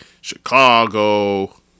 Chicago